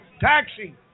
Taxi